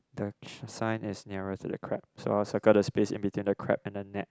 the sign is nearer to the crab so I'll circle the space in between the crab and the net